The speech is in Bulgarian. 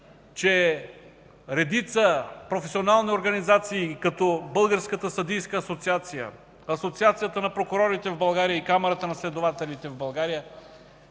че редица професионални организации като Българската съдийска асоциация, Асоциацията на прокурорите в България и Камарата на следователите в България